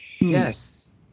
Yes